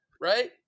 right